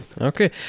okay